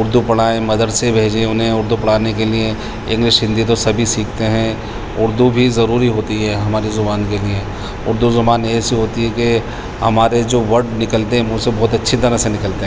اردو پڑھائیں مدرسے بھیجیں انہیں اردو پڑھانے کے لیے انگلش ہندی تو سبھی سیکھتے ہیں اردو بھی ضروری ہوتی ہے ہماری زبان کے لیے اردو زبان ایسی ہوتی ہے کہ ہمارے جو وڈ نکلتے ہیں منہ سے بہت اچھی طرح سے نکلتے ہیں